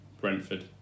Brentford